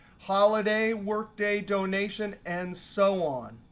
holiday, work day, donation, and so on.